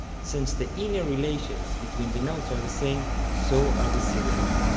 since the inner relations between the notes are the same, so are the syllables.